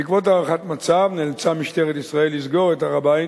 בעקבות הערכת מצב נאלצה משטרת ישראל לסגור את הר-הבית